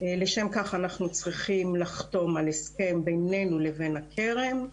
לשם כך אנחנו צריכים לחתום על הסכם בינינו לבין הקרן.